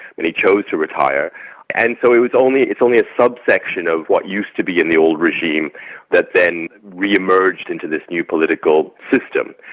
many chose to retire and so it's only it's only a subsection of what used to be in the old regime that then re-emerged into this new political system.